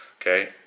okay